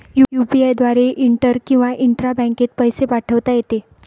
UPI द्वारे inter किंवा intra बँकेत पैसे पाठवता येते